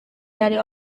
dari